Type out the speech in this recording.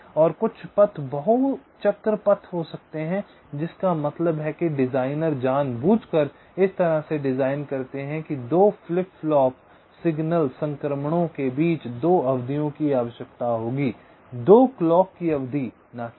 और कुछ पथ बहु चक्र पथ हो सकते हैं जिसका मतलब है कि डिजाइनर जानबूझकर इस तरह से डिजाइन करते हैं कि 2 फ्लिप फ्लॉप सिग्नल संक्रमणों के बीच 2 अवधियों की आवश्यकता होगी 2 क्लॉक की अवधि ना की एक